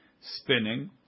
spinning